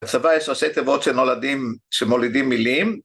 בצבא יש ראשי תיבות שנולדים, שמולידים מילים.